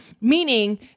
meaning